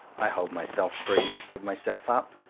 i hold myself free to give myself up,